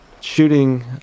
shooting